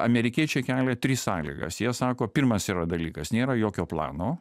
amerikiečiai kelia tris sąlygas jie sako pirmas yra dalykas nėra jokio plano